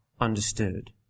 understood